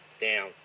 down